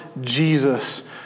Jesus